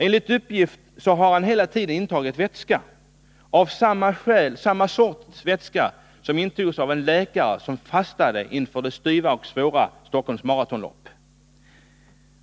Enligt uppgift har han hela tiden intagit vätska av samma sort som intogs av en läkare som fastade inför det styva och svåra loppet Stockholm Marathon.